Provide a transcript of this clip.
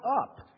up